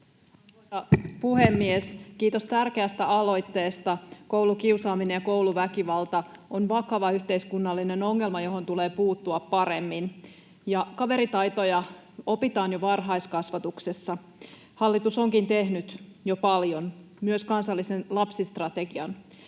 Arvoisa puhemies! Kiitos tärkeästä aloitteesta. Koulukiusaaminen ja kouluväkivalta on vakava yhteiskunnallinen ongelma, johon tulee puuttua paremmin. Kaveritaitoja opitaan jo varhaiskasvatuksessa. Hallitus onkin tehnyt jo paljon, myös kansallisen lapsistrategian.